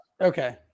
Okay